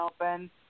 open